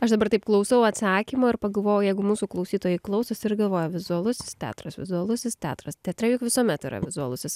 aš dabar taip klausau atsakymo ir pagalvojau jeigu mūsų klausytojai klausosi ir galvoja vizualusis teatras vizualusis teatras teatre juk visuomet yra vizualusis